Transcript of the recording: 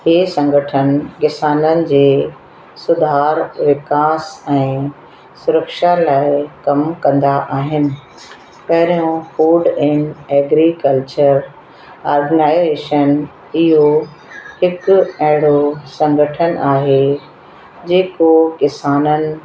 हीअ संगठन किसाननि जे सुधार विकास ऐं सुरक्षा लाइ कमु कंदा आहिनि पहिरयों फ़ूड एंड एग्रीकल्चर ऑर्गनाइजेशन इहो हिक अहिड़ो संगठन आहे जेको किसाननि